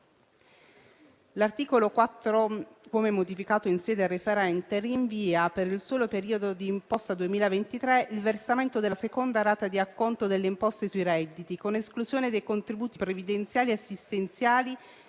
L'articolo 4, come modificato in sede referente, rinvia, per il solo periodo di imposta 2023, il versamento della seconda rata di acconto delle imposte sui redditi, con esclusione dei contributi previdenziali e assistenziali